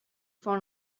for